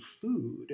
food